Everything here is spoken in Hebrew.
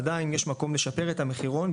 עדיין יש מקום לשפר את המחירון,